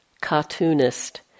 cartoonist